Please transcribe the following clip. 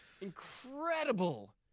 incredible